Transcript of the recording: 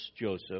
Joseph